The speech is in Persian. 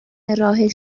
راه